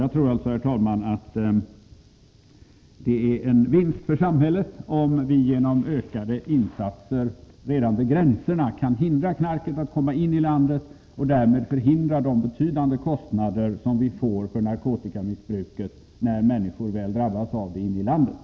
Jag tror alltså att det är en vinst för samhället om vi genom ökade insatser redan vid gränserna kan hindra knarket att komma in i landet. Därmed skulle vi kunna minska de betydande kostnader som vi får för narkotikamissbruket när människor väl drabbas av det inne i landet.